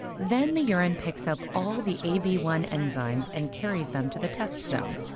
then the urine picks up all the a b one enzymes and carries them to the test zone,